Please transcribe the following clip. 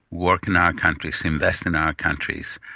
work in our countries, invest in our countries,